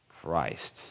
Christ